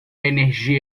energia